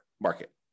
market